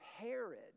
Herod